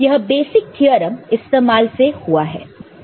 यह basic theorem इस्तेमाल से हुआ है